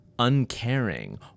uncaring